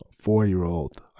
four-year-old